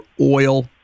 oil